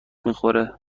بخوره